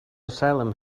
asylum